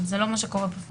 זה לא מה שקורה בפועל.